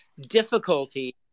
difficulty